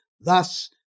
Thus